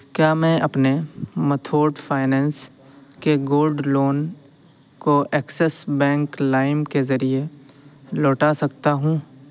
کیا میں اپنے متھوٹ فائننس کے گولڈ لون کو ایکسس بینک لائم کے ذریعے لوٹا سکتا ہوں